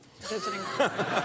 Visiting